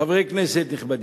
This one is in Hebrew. חברי כנסת נכבדים,